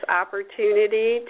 opportunity